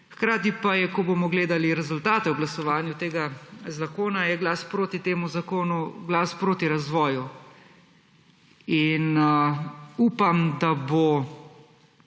Hkrati pa, ko bomo gledali rezultate o glasovanju tega zakona, je glas proti temu zakonu glas proti razvoju. Upam, da bo